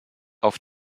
auf